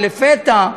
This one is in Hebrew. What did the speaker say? כשלפתע,